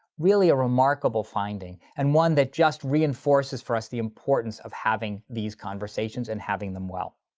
really a remarkable finding. and one that just reinforces for us the importance of having these conversations and having them well.